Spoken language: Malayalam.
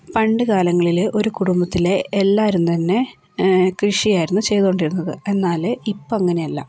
പണ്ട് കാലങ്ങളിൽ ഒരു കുടുംബത്തിലെ എല്ലാവരും തന്നെ കൃഷിയായിരുന്നു ചെയ്തുകൊണ്ടിരുന്നത് എന്നാൽ ഇപ്പം അങ്ങനെയല്ല